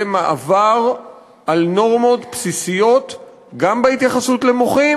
זה מעבר על נורמות בסיסיות גם בהתייחסות למוחים,